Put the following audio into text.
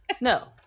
No